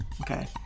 okay